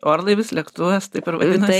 orlaivis lėktuvas taip ir vadinas